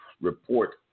report